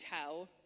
tell